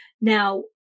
Now